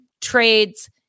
trades